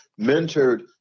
mentored